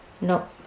no